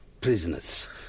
prisoners